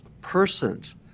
Persons